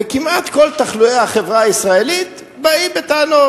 וכמעט על כל תחלואי החברה הישראלית באים בטענות,